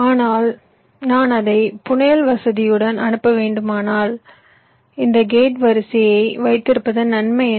ஆனால் நான் அதை புனையல் வசதியுடன் அனுப்ப வேண்டுமானால் இந்த கேட் வரிசையை வைத்திருப்பதன் நன்மை என்ன